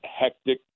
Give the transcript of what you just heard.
hectic